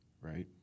right